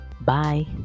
bye